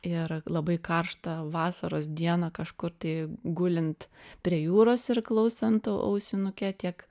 ir labai karštą vasaros dieną kažkur tai gulint prie jūros ir klausant ausinuke tiek